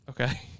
Okay